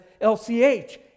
LCH